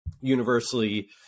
universally